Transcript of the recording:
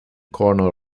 corner